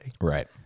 Right